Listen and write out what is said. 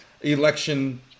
election